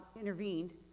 intervened